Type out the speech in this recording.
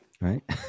right